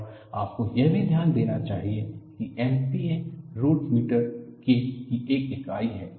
और आपको यह भी ध्यान देना चाहिए कि MPa रूट मीटर K की एक इकाई है